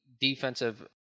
defensive